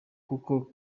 kuko